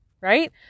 right